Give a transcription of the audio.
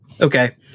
Okay